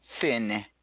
thin